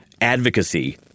advocacy